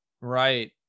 Right